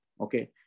Okay